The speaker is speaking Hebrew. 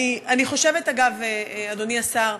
אני חושבת, אגב, אדוני השר,